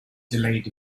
delayed